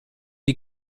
die